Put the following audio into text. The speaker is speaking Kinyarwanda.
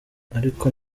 ariko